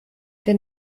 denn